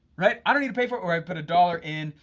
right, i don't need to pay for it, or i'd put a dollar in,